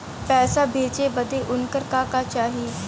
पैसा भेजे बदे उनकर का का चाही?